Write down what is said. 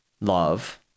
love